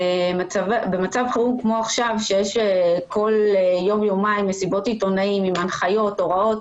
במצב חירום כמו עכשיו שיש כל יום-יומיים מסיבות עיתונאים עם הוראות,